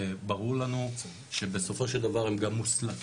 זה ברור לנו שבסופו של דבר הם גם מוסלקים,